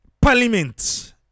parliament